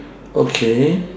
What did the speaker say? okay